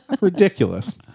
Ridiculous